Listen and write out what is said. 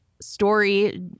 story